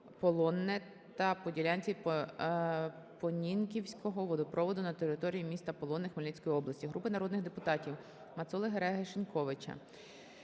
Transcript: Полонне та по ділянці Понінківського водопроводу (на території міста Полонне) Хмельницької області. Групи народних депутатів (Мацоли, Гереги, Шиньковича)